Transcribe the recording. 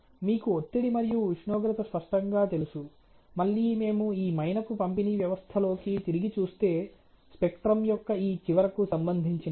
మీకు ఒత్తిడి మరియు ఉష్ణోగ్రత స్పష్టంగా తెలుసు మళ్ళీ మేము ఈ మైనపు పంపిణీ వ్యవస్థలోకి తిరిగి చూస్తే స్పెక్ట్రం యొక్క ఈ చివరకు సంబంధించినది